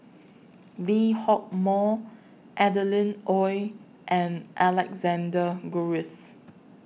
Lee Hock Moh Adeline Ooi and Alexander Guthrie